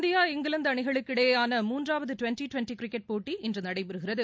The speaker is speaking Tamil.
இந்தியா இங்கிலாந்து அணிகளுக்கு இடையேயான மூன்றாவது டுவெண்ட்டி டுவெண்டி கிரிக்கெட் போட்டி இன்று நடைபெறுகிறது